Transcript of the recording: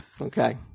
Okay